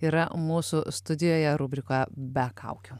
yra mūsų studijoje rubrikoje be kaukių